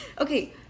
okay